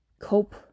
cope